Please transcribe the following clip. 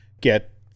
get